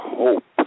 hope